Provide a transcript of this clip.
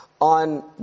on